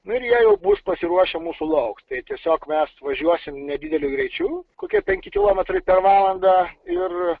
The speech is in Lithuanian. nu ir jie au bus pasiruošę mūsų lauks tai tiesiog mes važiuosim nedideliu greičiu kokie penki kilometrai per valandą ir